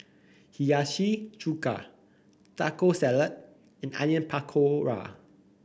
Hiyashi Chuka Taco Salad and Onion Pakora